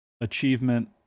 achievement